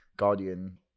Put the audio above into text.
Guardian